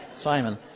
Simon